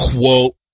Quote